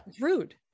rude